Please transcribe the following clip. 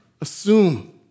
assume